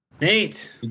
Nate